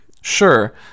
Sure